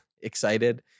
excited